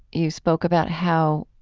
you spoke about how,